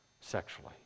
sexually